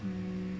hmm